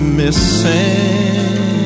missing